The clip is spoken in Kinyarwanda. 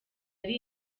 ari